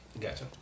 Gotcha